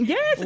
Yes